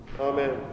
Amen